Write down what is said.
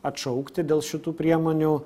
atšaukti dėl šitų priemonių